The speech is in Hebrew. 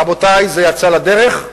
רבותי, זה יצא לדרך.